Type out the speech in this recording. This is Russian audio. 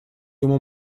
ему